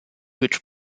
which